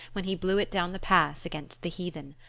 when he blew it down the pass against the heathen.